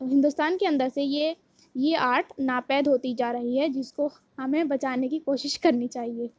ہندوستان کے اندر سے یہ یہ آرٹ ناپید ہوتی جار ہی ہے جس کو ہمیں بچانے کی کوشش کرنی چاہیے